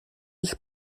ich